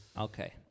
Okay